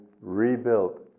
rebuilt